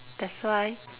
that's why